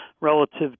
relative